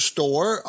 Store